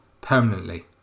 permanently